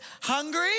hungry